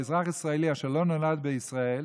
לאזרח ישראלי אשר לא נולד בישראל,